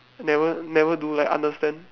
never never do like understand